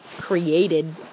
created